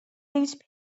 these